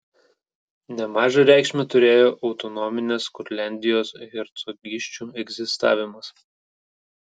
nemažą reikšmę turėjo autonominės kurliandijos hercogysčių egzistavimas